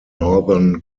northern